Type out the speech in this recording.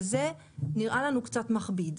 זה נראה לנו קצת מכביד.